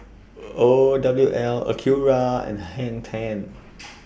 O W L Acura and Hang ten